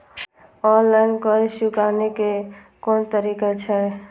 Online कर्ज चुकाने के कोन तरीका छै?